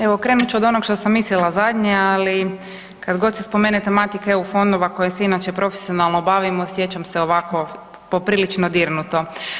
Evo krenut ću od onoga što sam mislila zadnje, ali kada god se spomene tematika EU fondova kojom se inače profesionalno bavim osjećam se ovako poprilično dirnuto.